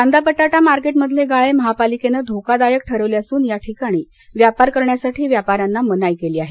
कांदा बटाटा मार्केटमधले गाळे महापालिकेने धोकादायक ठरवले असून या ठिकाणी व्यापार करण्यासाठी व्यापा यांना मनाई केली आहे